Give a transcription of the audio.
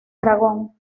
aragón